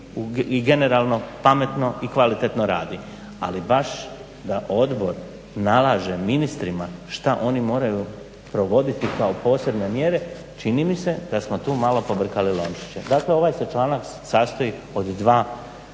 i generalno pametno i kvalitetno radi. Ali baš da odbor nalaže ministrima šta oni moraju provoditi kao posebne mjere čini mi se da smo tu malo pobrkali lončiće. Dakle ovaj se članak sastoji od dva